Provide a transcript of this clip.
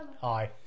Hi